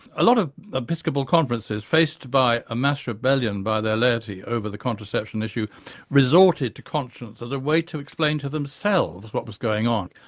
a lot of episcopal conferences faced by a mass rebellion by their laity over the contraception issue resorted to conscience as a way to explain to themselves what was going on.